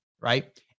Right